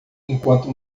enquanto